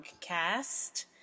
cast